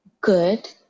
good